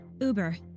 Uber